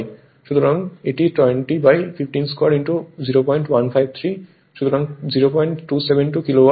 সুতরাং এটি 20 বাই 15 2 0153 সুতরাং 0272 কিলোওয়াট